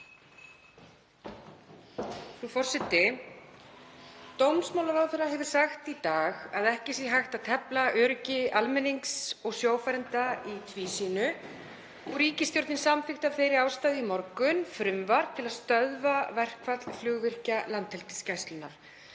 forseti. Dómsmálaráðherra hefur sagt í dag að ekki sé hægt að tefla öryggi almennings og sjófarenda í tvísýnu. Ríkisstjórnin samþykkti af þeirri ástæðu í morgun frumvarp til að stöðva verkfall flugvirkja Landhelgisgæslunnar.